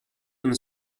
and